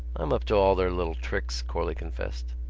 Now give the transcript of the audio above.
i'm up to all their little tricks, corley confessed.